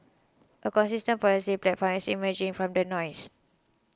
a consistent policy platform is emerging from the noise